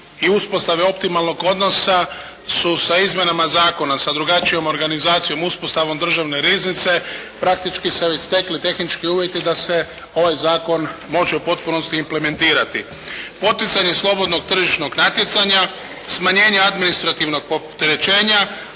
i uspostave optimalnog odnosa su sa izmjenama zakona, sa drugačijom organizacijom, uspostavom državne riznice praktički se već stekli tehnički uvjeti da se ovaj zakon može u potpunosti implementirati. Poticanje slobodnog tržišnog natjecanja, smanjenje administrativnog opterećenja,